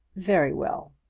very well.